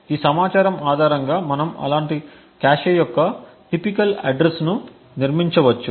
ఈ సమాచారం ఆధారంగా మనం అలాంటి కాష్ యొక్క టిపికల్ అడ్రస్ను నిర్మించవచ్చు